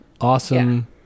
Awesome